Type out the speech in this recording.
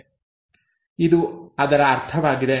ಇದು ಅದರ ಅರ್ಥವಾಗಿದೆ